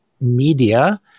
media